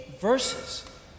verses